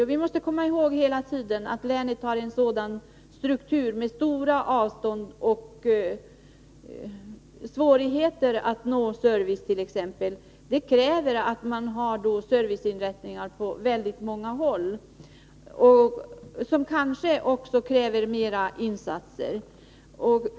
Och vi måste hela tiden komma ihåg att länet har en struktur — med stora avstånd och svårigheter t.ex. att nå service — som fordrar att man har serviceinrättningar på väldigt många håll, något som kanske också kräver mera insatser.